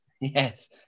yes